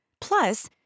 Plus